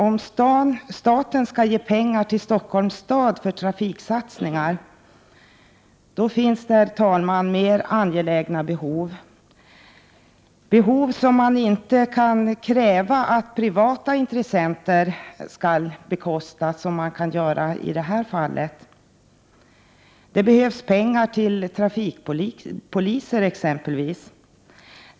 Om staten skall ge pengar till Stockholms stad för trafiksatsningar, då finns det mer angelägna behov, satsningar som man inte kan kräva att privata intressenter skall bekosta, vilket man kan göra i det här fallet. Det behövs Prot. 1988/89:111 pengar till trafikpoliser, exempelvis.